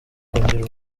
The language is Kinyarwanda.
kongera